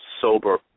sober